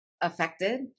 affected